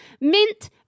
Mint